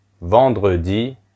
vendredi